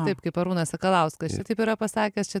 taip kaip arūnas sakalauskas šitaip yra pasakęs čia